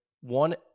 one